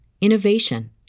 innovation